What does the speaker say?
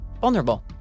vulnerable